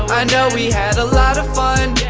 i know we had a lot of fun